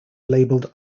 labelled